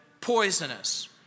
poisonous